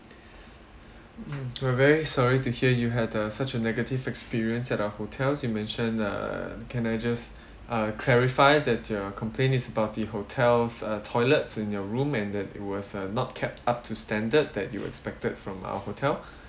mm we're very sorry to hear you had a such a negative experience at our hotel you mentioned uh can I just uh clarify that your complaint is about the hotel's uh toilets in your room and that it was uh not kept up to standard that you expected from our hotel